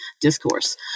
discourse